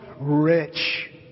Rich